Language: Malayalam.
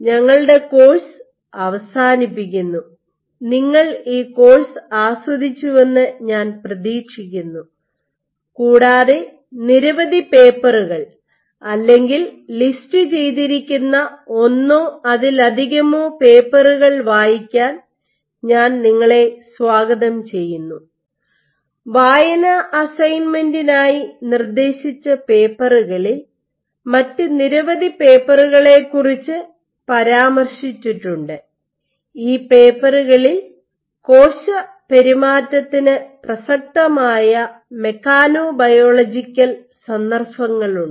ഞങ്ങളുടെ കോഴ്സ് അവസാനിപ്പിക്കുന്നു നിങ്ങൾ ഈ കോഴ്സ് ആസ്വദിച്ചുവെന്ന് ഞാൻ പ്രതീക്ഷിക്കുന്നു കൂടാതെ നിരവധി പേപ്പറുകൾ അല്ലെങ്കിൽ ലിസ്റ്റുചെയ്തിരിക്കുന്ന ഒന്നോ അതിലധികമോ പേപ്പറുകൾ വായിക്കാൻ ഞാൻ നിങ്ങളെ സ്വാഗതം ചെയ്യുന്നു വായനാ അസൈൻമെന്റിനായി നിർദ്ദേശിച്ച പേപ്പറുകളിൽ മറ്റ് നിരവധി പേപ്പറുകളെക്കുറിച്ച് പരാമർശിച്ചിട്ടുണ്ട് ഈ പേപ്പറുകളിൽ കോശപെരുമാറ്റത്തിന് പ്രസക്തമായ മെക്കാനൊബയോളജിക്കൽ സന്ദർഭങ്ങളുണ്ട്